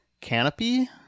canopy